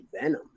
venom